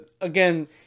Again